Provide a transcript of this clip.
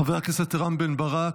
חבר הכנסת רם בן ברק,